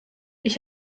ich